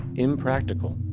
impractical.